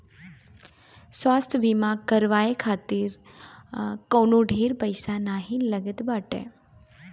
स्वास्थ्य बीमा करवाए खातिर कवनो ढेर पईसा भी नाइ लागत बाटे